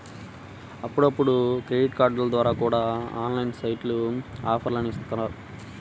అప్పుడప్పుడు క్రెడిట్ కార్డుల ద్వారా కూడా ఆన్లైన్ సైట్లు ఆఫర్లని ఇత్తన్నాయి